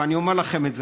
ואני אומר לכם את זה,